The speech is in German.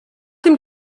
dem